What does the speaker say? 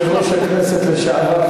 יושב-ראש הכנסת לשעבר,